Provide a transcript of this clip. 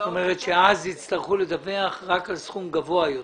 אז יצטרכו לדווח רק על סכום גבוה יותר.